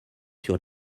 sur